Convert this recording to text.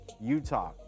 Utah